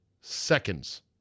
seconds